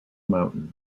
mountain